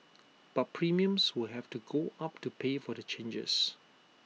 but premiums will have to go up to pay for the changes